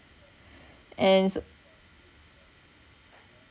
as